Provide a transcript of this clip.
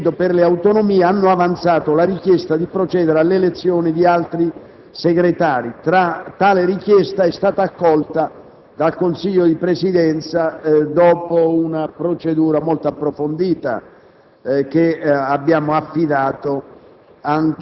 per l'Autonomia hanno avanzato la richiesta di procedere all'elezione di altri senatori Segretari. Tale richiesta è stata accolta dal Consiglio di Presidenza dopo una procedura molto approfondita, che abbiamo affidato